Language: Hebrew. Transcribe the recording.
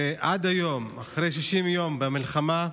ועד היום, אחרי 60 יום במלחמה,